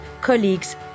colleagues